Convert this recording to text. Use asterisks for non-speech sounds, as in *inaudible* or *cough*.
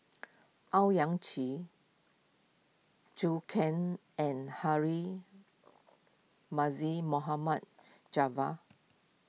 Owyang Chi Zhou Can and Harry *unintelligible* Mohammad Javad